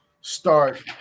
start